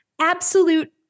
absolute